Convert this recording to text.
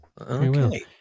Okay